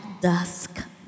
Dusk